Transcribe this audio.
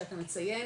שאתה מציין,